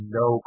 no